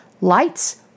Lights